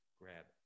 grab